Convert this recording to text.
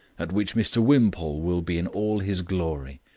at which mr wimpole will be in all his glory.